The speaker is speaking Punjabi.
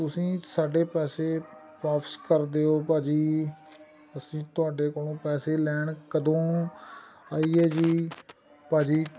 ਤੁਸੀਂ ਸਾਡੇ ਪੈਸੇ ਵਾਪਸ ਕਰ ਦਿਓ ਭਾਅ ਜੀ ਅਸੀਂ ਤੁਹਾਡੇ ਕੋਲੋਂ ਪੈਸੇ ਲੈਣ ਕਦੋਂ ਆਈਏ ਜੀ ਭਾਅ ਜੀ